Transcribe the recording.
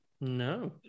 No